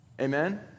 Amen